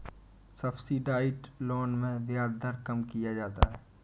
subsidised loan में ब्याज दर कम किया जाता है